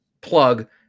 plug